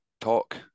talk